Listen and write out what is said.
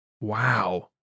Wow